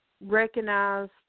recognized